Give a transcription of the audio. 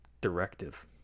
directive